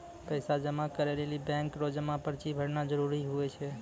पैसा जमा करै लेली बैंक रो जमा पर्ची भरना जरूरी हुवै छै